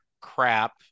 crap